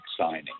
signing